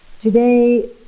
Today